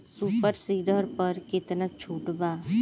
Super seeder पर केतना छूट बा?